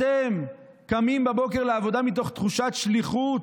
אתם קמים בבוקר לעבודה מתוך תחושת שליחות,